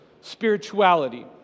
spirituality